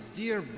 dear